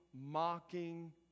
mocking